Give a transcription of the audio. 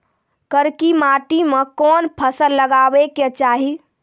करकी माटी मे कोन फ़सल लगाबै के चाही?